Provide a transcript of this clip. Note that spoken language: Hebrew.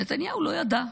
נתניהו לא ידע,